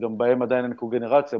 וגם בהם עדיין אין קוגנרציה,